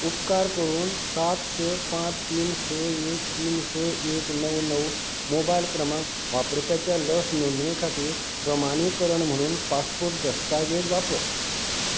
उपकार करून सात स पांच तीन स एक तीन स एक णव णव णव मोबायल क्रमांक वापरप्याच्या लस नोंदणी खातीर प्रमाणीकरण म्हणून पासपोर्ट दस्तावेज वापर